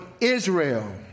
Israel